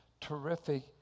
Terrific